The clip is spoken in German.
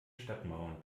stadtmauern